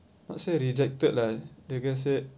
not say rejected lah the girl said